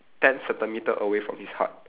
ten centimetre away from his heart